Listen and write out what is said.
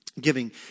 giving